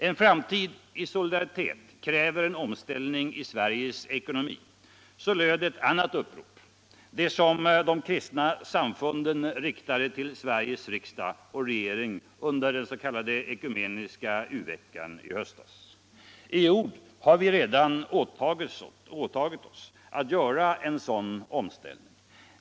En framtid i solidariet kräver en omställning i Sveriges ekonomi - så löd ett annat upprop, det som de kristna samfunden riktade till Sveriges riksdag och regering under den s.k. ekumeniska u-veckan i höstas. I ord har vi redan åtagit oss aut göra en sådan omställning.